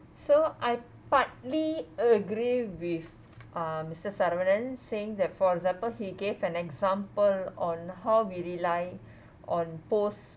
so I partly agree with uh mister saravanan saying that for example he gave an example on how we rely on post